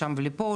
לשם ולפה.